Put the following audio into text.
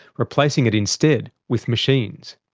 replacing it instead with machines.